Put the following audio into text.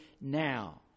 now